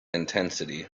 intensity